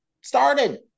started